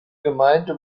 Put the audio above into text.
gemeinde